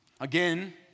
Again